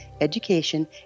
education